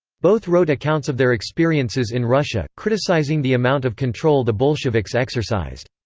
both wrote accounts of their experiences in russia, criticising the amount of control the bolsheviks exercised.